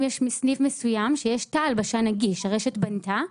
אם יש סניף מסוים שיש תא נגיש שהרשת בנתה,